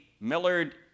Millard